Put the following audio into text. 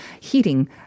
heating